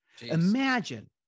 Imagine